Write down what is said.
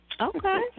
okay